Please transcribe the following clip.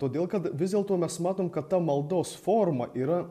todėl kad vis dėlto mes matom kad ta maldos forma yra